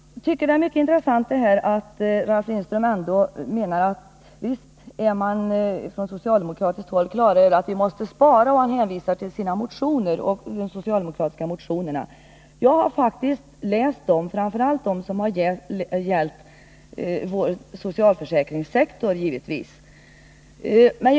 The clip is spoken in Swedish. Jag tycker att det är mycket intressant att Ralf Lindström säger att visst är man på socialdemokratiskt håll på det klara med att vi måste spara. Man hänvisar härvid till de socialdemokratiska motionerna. Jag har faktiskt läst dessa motioner, framför allt givetvis dem som gällt socialförsäkringssektorn.